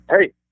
Hey